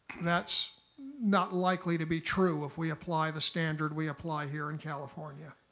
that's not likely to be true if we apply the standard we apply here in california.